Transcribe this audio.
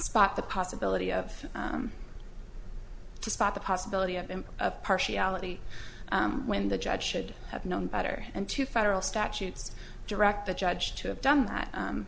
spot the possibility of to stop the possibility of them partiality when the judge should have known better and to federal statutes direct the judge to have done that